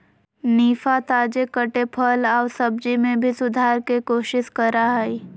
निफा, ताजे कटे फल आऊ सब्जी में भी सुधार के कोशिश करा हइ